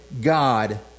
God